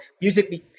music